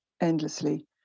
endlessly